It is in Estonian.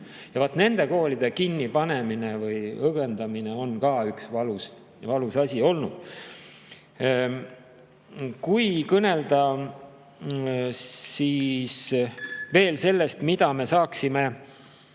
kooli. Nende koolide kinnipanemine või õgvendamine on ka üks valus asi olnud. Kui kõnelda veel sellest, mida me saaksime